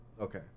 Okay